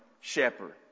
shepherd